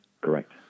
Correct